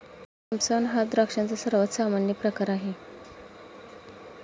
Thompson हा द्राक्षांचा सर्वात सामान्य प्रकार आहे